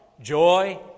joy